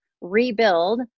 rebuild